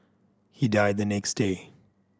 he died the next day